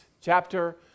chapter